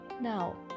Now